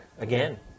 Again